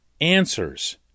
answers